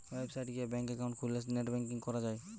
website গিয়ে bank account খুললে net banking করা যায়